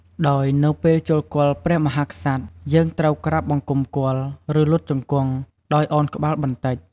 ដោយនៅពេលចូលគាល់ព្រះមហាក្សត្រ យើងត្រូវក្រាបបង្គំគាល់ ឬលុតជង្គង់ ដោយឱនក្បាលបន្តិច។